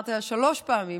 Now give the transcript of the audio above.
אמרת שלוש פעמים,